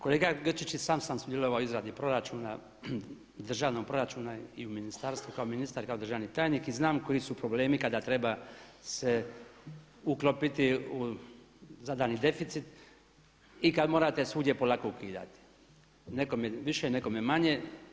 Kolega Grčić i sam sam sudjelovao u izradi proračuna, državnog proračuna i u ministarstvu kao ministar i kao državni tajnik i znam koji su problemi kada treba se uklopiti u zadani deficit i kad morate svugdje polako ukidati nekome više, nekome manje.